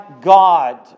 God